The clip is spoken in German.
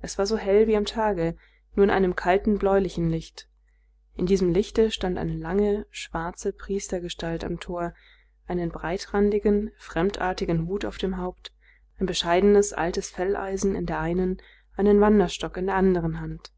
es war so hell wie am tage nur in einem kalten bläulichen licht in diesem lichte stand eine lange schwarze priestergestalt am tor einen breitrandigen fremdartigen hut auf dem haupt ein bescheidenes altes felleisen in der einen einen wanderstock in der anderen hand